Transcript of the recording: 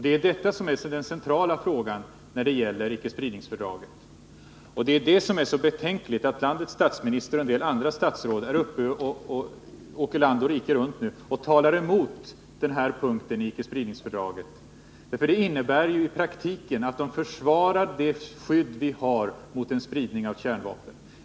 Det är detta som är den centrala frågan när det gäller icke-spridningsfördraget. Det som är så betänkligt är ju att landets statsminister och en del andra statsråd åker land och rike runt och talar emot den här punkten i icke-spridningsfördraget. Det innebär i praktiken att de försvagar det skydd vi har mot en spridning av kärnvapen.